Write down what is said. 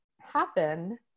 happen